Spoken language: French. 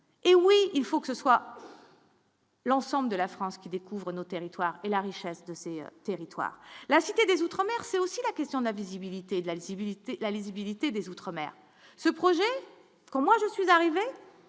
hé oui, il faut que ce soit. L'ensemble de la France qui découvrent nos territoires et la richesse de ces territoires. La Cité des outre-mer, c'est aussi la question de la visibilité de la visibilité, la lisibilité des outre-mer ce projet pour moi, je suis arrivé,